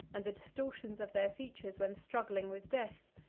and the distortions of their features when struggling with death,